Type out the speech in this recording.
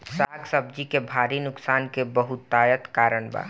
साग सब्जी के भारी नुकसान के बहुतायत कारण का बा?